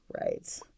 Right